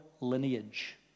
lineage